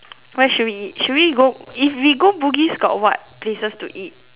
where should we eat should we go if we go bugis got what places to eat